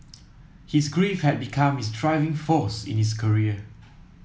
his grief had become his driving force in his career